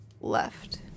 left